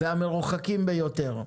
המקומות המרוחקים ביותר.